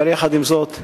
ועם זאת,